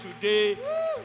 today